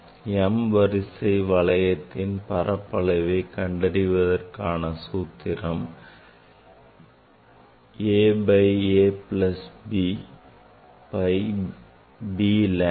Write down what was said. m வரிசை வளையத்தின் பரப்பளவை கண்டறிவதற்கான சூத்திரம் a by a plus b pi b lambda